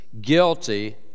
guilty